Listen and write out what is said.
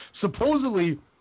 Supposedly